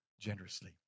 generously